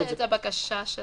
בקשת